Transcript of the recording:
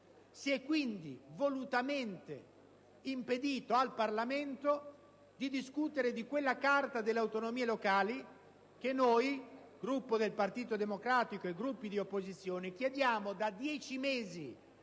Si è quindi, volutamente, impedito al Parlamento di discutere di quella carta delle autonomie locali che noi, Gruppo del Partito Democratico e Gruppi di opposizione, da 10 mesi